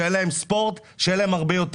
שאין להם ספורט האינטרס שלי הוא שיהיה להם הרבה יותר.